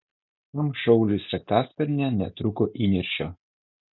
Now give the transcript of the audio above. tam šauliui sraigtasparnyje netrūko įniršio